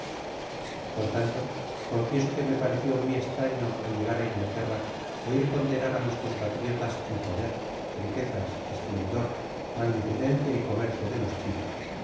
por tanto confieso que me pareció muy estraño al llegar á inglaterra oir ponderar á mis compatriotas el poder riquezas esplendor magnificencia y comercio de los chinos